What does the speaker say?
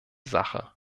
sache